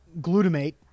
glutamate